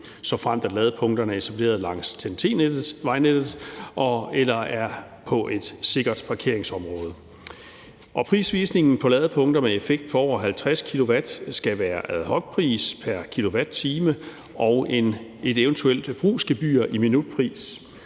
såfremt ladepunkterne er etableret langs TEN-T-vejnettet eller er på et sikkert parkeringsområde. Og prisvisningen på ladepunkter med en effekt på over 50 kW skal vise en ad hoc-pris pr. kilowatt-time og et eventuelt brugsgebyr i minutpris,